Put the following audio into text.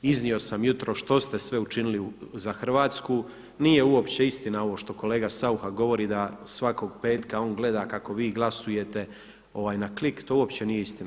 Iznio sam jutros što ste sve učinili za Hrvatsku, nije uopće istina ovo što kolega Saucha govori da svakog petka on gleda kako vi glasujete na klik, to uopće nije istina.